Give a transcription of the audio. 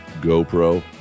GoPro